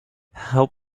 help